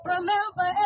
Remember